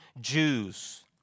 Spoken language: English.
Jews